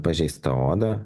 pažeistą odą